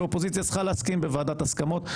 ואופוזיציה צריכה להסכים בוועדת הסכמות.